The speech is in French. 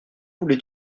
voulais